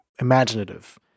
imaginative